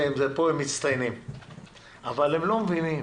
הם מצטיינים אבל הם לא מבינים